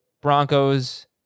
Broncos